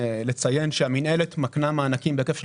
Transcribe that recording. לציין שהמינהלת מקנה מענקים בהיקף של